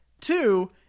Two